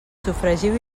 sofregiu